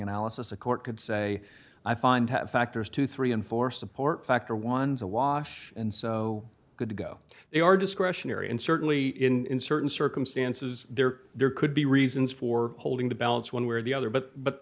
analysis a court could say i find factors twenty three and four support factor one's a wash and so good to go they are discretionary and certainly in certain circumstances there are there could be reasons for holding the balance one way or the other but but